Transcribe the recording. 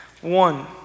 One